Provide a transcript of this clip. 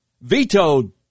vetoed